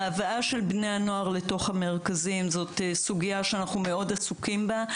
הבאה של בני הנוער למרכזים זאת סוגיה שאנחנו מאוד עסוקים בה,